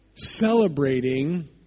celebrating